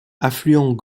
affluent